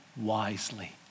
wisely